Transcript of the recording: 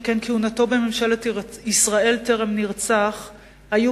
שכן כהונתו בממשלת ישראל טרם נרצח היתה